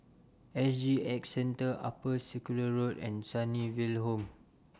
S G X Centre Upper Circular Road and Sunnyville Home